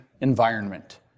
environment